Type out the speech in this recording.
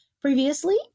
Previously